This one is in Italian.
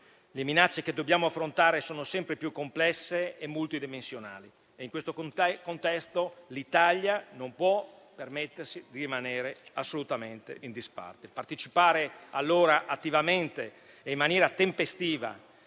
le minacce che dobbiamo affrontare sono sempre più complesse e multidimensionali. In questo contesto l'Italia non può assolutamente permettersi di rimanere in disparte. Partecipare attivamente e in maniera tempestiva